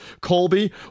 Colby